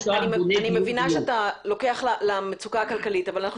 אני מבינה שאתה לוקח למצוקה הכלכלית אבל אנחנו